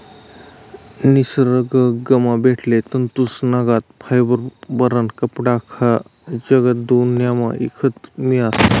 निसरगंमा भेटेल तंतूसनागत फायबरना कपडा आख्खा जगदुन्यामा ईकत मियतस